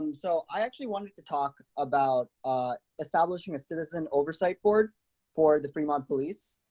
um so i actually wanted to talk about establishing a citizen oversight board for the fremont police.